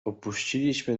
opuściliśmy